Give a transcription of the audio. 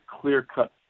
clear-cut